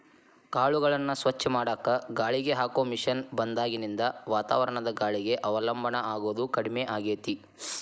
ಕಾಳುಗಳನ್ನ ಸ್ವಚ್ಛ ಮಾಡಾಕ ಗಾಳಿಗೆ ಹಾಕೋ ಮಷೇನ್ ಬಂದಾಗಿನಿಂದ ವಾತಾವರಣದ ಗಾಳಿಗೆ ಅವಲಂಬನ ಆಗೋದು ಕಡಿಮೆ ಆಗೇತಿ